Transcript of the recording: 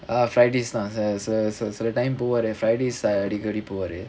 ah friday தான் சில:thaan sila time போவாரு:povaaru friday அடிக்கடி போவாரு:adikkadi povaaru